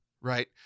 Right